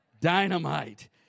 dynamite